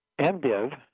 MDiv